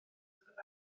rhywbeth